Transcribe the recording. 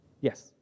Yes